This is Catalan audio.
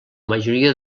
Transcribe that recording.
majoria